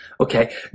okay